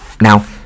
Now